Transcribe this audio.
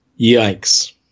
Yikes